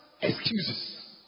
excuses